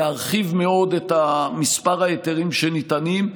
להרחיב מאוד את מספר ההיתרים שניתנים,